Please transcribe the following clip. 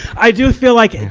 i do feel like,